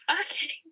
Okay